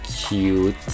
cute